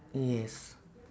yes